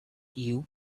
you